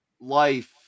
life